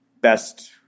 best